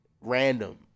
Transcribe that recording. random